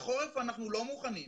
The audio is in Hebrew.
לחורף אנחנו לא מוכנים.